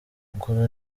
gulu